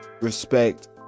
respect